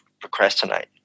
procrastinate